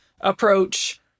approach